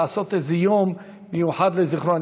לעשות איזה יום מיוחד לזכרו.